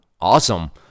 Awesome